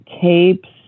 capes